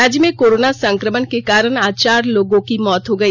राज्य में कोरोना संकमण के कारण आज चार लोगों की मौत हो गई